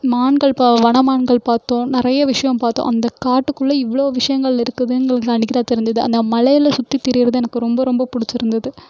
மான்கள் வனமான்கள் பார்த்தோம் நிறையா விஷயம் பார்த்தோம் அந்த காட்டுக்குள்ளே இவ்வளோ விஷயங்கள் இருக்குதுங்கிறது அன்றைக்கிதான் தெரிஞ்சுது அந்த மலையில் சுற்றி திரியறது எனக்கு ரொம்ப ரொம்ப பிடிச்சிருந்துது